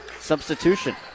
substitution